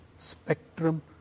spectrum